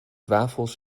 wafels